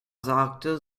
sagte